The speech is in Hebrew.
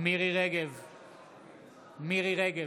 מירי מרים רגב,